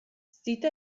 zita